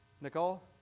Nicole